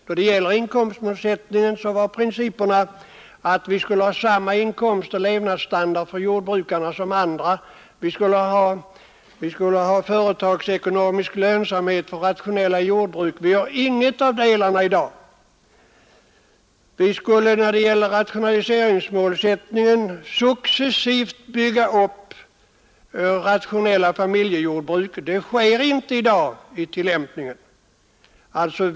Då det gäller inkomstmålsättningen var principen att jordbrukarna skulle ha samma inkomster och samma levnadsstandard som andra grupper samt att vi skulle ha företagsekonomisk lönsamhet vid rationella jordbruk, men vi har inte detta i dag. Vi skulle när det gäller rationaliseringsmålsättningen successivt bygga upp rationella familjejordbruk. Det sker inte i dag vid tillämpningen av denna grundprincip.